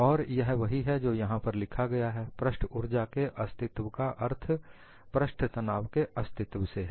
और यह वही है जो यहां पर लिखा गया है पृष्ठ ऊर्जा के अस्तित्व का अर्थ पृष्ठ तनाव के अस्तित्व से हैं